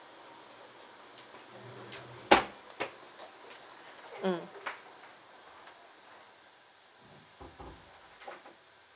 mm